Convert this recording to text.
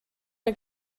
que